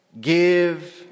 give